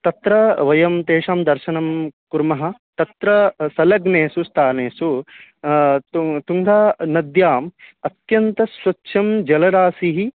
तत्र वयं तेषां दर्शनं कुर्मः तत्र संलग्नेषु स्थानेषु तु तुङ्गानद्याम् अत्यन्तं स्वच्छं जलराशिः